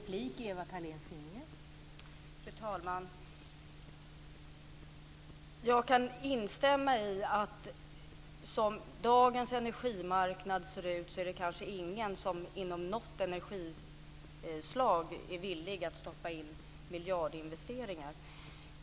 Fru talman! Som dagens energimarknad ser ut kan jag instämma i att det kanske inte är någon som inom något energislag är villig att stoppa in miljardinvesteringar.